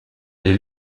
les